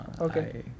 Okay